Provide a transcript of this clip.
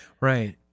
Right